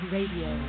Radio